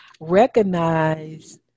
recognize